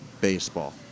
baseball